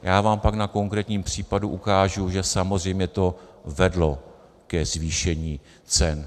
Já vám pak na konkrétním případu ukážu, že samozřejmě to vedlo ke zvýšení cen.